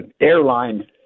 airline